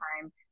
time